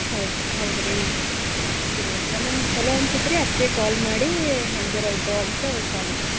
ಹೌದು ಹೌದ್ರೀ ಇಲ್ಲೆಲ್ಲ ನಮ್ಗೆ ಛಲೋ ಅನ್ಸತ್ತೆ ರೀ ಅದಕ್ಕೆ ಕಾಲ್ ಮಾಡಿ ಹೇಳಿದ್ರಾಯ್ತು ಅಂತ ಕಾಲ್ ಮಾಡಿದೆ